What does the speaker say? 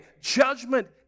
Judgment